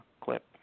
clip